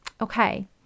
okay